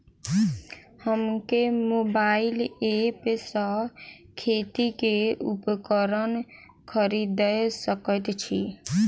हम केँ mobile app सँ खेती केँ उपकरण खरीदै सकैत छी?